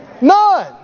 None